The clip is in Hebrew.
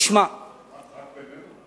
רק בינינו?